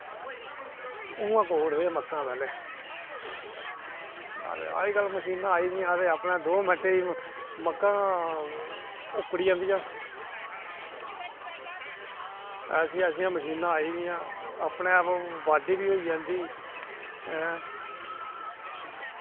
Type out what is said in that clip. उंआ कोड़न दे मक्कां पैह्लें ते अज्जकल मशीनां आई दियां ते दंऊ मैंटें च मक्कां उकड़ी जंदियां ऐसियां ऐसियां मशीनां आई दियां अपने आप बाड्डी बी होईजंदी